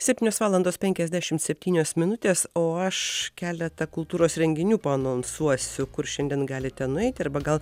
septynios valandos penkiasdešimt septynios minutės o aš keletą kultūros renginių paanonsuosiu kur šiandien galite nueiti arba gal